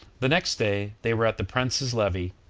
the next day they were at the prince's levee,